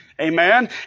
Amen